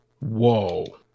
Whoa